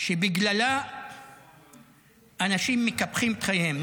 שבגללה אנשים מקפחים את חייהם,